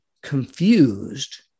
confused